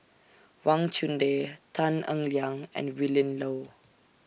Wang Chunde Tan Eng Liang and Willin Low